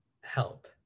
help